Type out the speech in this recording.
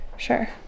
Sure